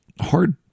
hard